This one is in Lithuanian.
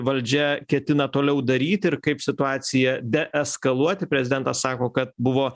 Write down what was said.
valdžia ketina toliau daryti ir kaip situaciją deeskaluoti prezidentas sako kad buvo